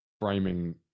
framing